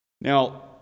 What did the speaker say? Now